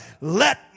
Let